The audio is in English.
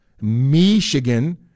Michigan